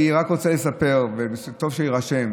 אני רק רוצה לספר, וטוב שיירשם,